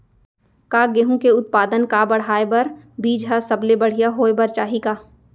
का गेहूँ के उत्पादन का बढ़ाये बर बीज ह सबले बढ़िया होय बर चाही का?